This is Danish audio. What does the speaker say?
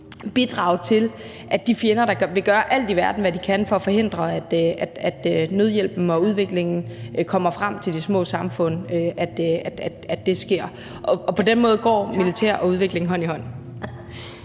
bidrage til, at de fjender, der vil gøre alt i verden for at forhindre, at nødhjælpen og udviklingen kommer frem til de små samfund, ikke lykkes. På den måde går militær og udvikling hånd i hånd.